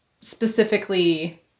specifically